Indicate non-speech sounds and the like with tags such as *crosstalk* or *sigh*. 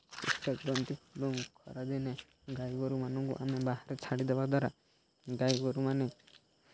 *unintelligible* ଦିଅନ୍ତି ଏବଂ ଖରାଦିନେ ଗାଈ ଗୋରୁମାନଙ୍କୁ ଆମେ ବାହାରେ ଛାଡ଼ିଦେବା ଦ୍ୱାରା ଗାଈ ଗୋରୁମାନେ